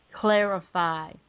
clarify